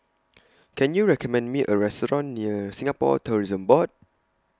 Can YOU recommend Me A Restaurant near Singapore Tourism Board